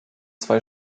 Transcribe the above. zwei